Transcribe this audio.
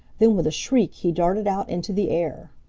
then with a shriek he darted out into the air.